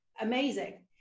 amazing